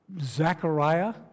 Zechariah